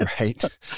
right